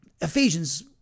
Ephesians